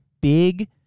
big